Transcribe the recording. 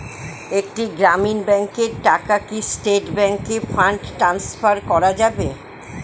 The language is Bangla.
একটি গ্রামীণ ব্যাংকের টাকা কি স্টেট ব্যাংকে ফান্ড ট্রান্সফার করা যাবে?